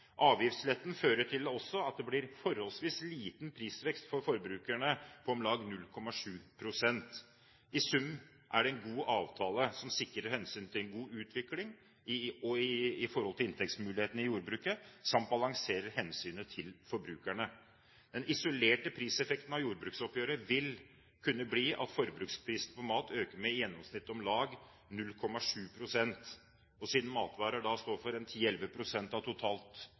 Avgiftsletten fører også til at det blir forholdsvis liten prisvekst for forbrukerne, om lag 0,7 pst. I sum er det en god avtale, som sikrer hensynet til en god utvikling i inntektsmulighetene i jordbruket, samt balanserer hensynet til forbrukerne. Den isolerte priseffekten av jordbruksoppgjøret vil kunne bli at forbruksprisene på mat øker med i gjennomsnitt om lag 0,7 pst. Siden matvarer står for 10–11 pst. av totalt